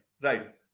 right